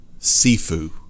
Sifu